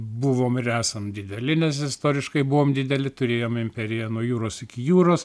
buvom ir esam dideli nes istoriškai buvom dideli turėjom imperiją nuo jūros iki jūros